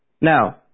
Now